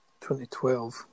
2012